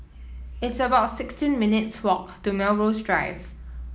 it's about sixteen minutes' walk to Melrose Drive